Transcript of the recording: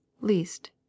least